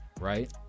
right